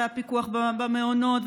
והפיקוח במעונות,